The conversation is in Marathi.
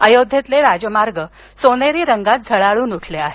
अयोध्येतील राजमार्ग सोनेरी रंगात झळाळून उठले आहेत